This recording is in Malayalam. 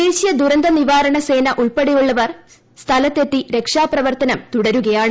ദേശീയ ദുരന്ത നിവാരണ സേന ഉൾപ്പെടെയുള്ളവർ എത്തി രക്ഷാപ്രവർത്തനം തുടരുകയാണ്